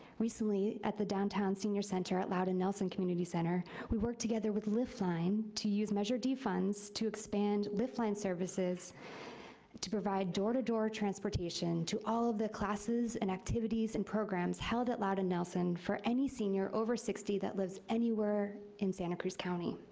recently, at the downtown senior center at louden nelson community center, we worked together with lift line to use measure d funds to expand lift line services to provide door-to-door transportation to all of the classes and activities and programs held at louden nelson for any senior over sixty that lives anywhere in santa cruz county.